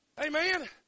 Amen